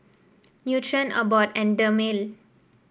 Nutren Abbott and Dermale